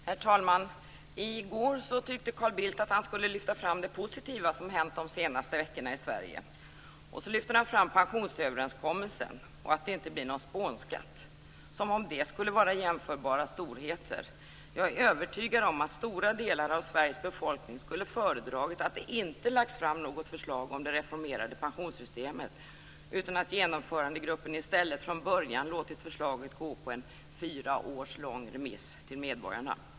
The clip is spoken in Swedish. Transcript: Herr talman! I går tyckte Carl Bildt att han skulle lyfta fram det positiva som hänt de senaste veckorna i Sverige, och så lyfte han fram pensionsöverenskommelsen och att det inte blir någon spånskatt som om det skulle vara jämförbara storheter. Jag är övertygad om att stora delar av Sveriges befolkning skulle ha föredragit att det inte hade lagts fram något förslag om det reformerade pensionssystemet utan att genomförandegruppen i stället från början skulle ha låtit förslaget gå på en fyra års lång remiss till medborgarna.